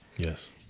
Yes